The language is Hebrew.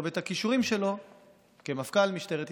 ואת הכישורים שלו כמפכ"ל משטרת ישראל.